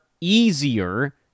easier